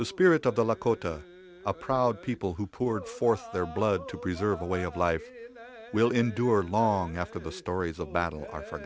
the spirit of the law a proud people who poured forth their blood to preserve a way of life will endure long after the stories of battle are for